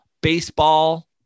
baseball –